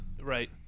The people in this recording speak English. Right